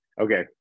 Okay